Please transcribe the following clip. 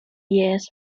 years